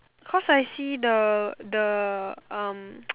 cause I see the the um